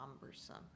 cumbersome